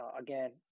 again